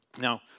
Now